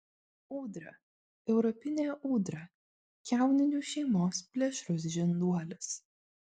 ūdra europinė ūdra kiauninių šeimos plėšrus žinduolis